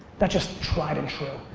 that's just tried and true.